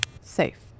Safe